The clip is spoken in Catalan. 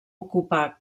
ocupar